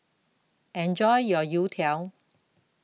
Enjoy your Youtiao